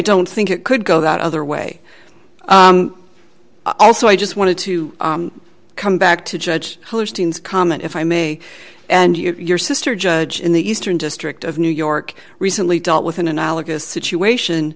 don't think it could go that other way also i just wanted to come back to judge comment if i may and your sister judge in the eastern district of new york recently dealt with an analogous situation